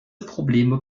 probleme